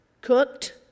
cooked